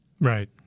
Right